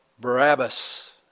Barabbas